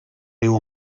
riu